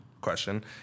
question